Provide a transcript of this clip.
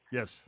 Yes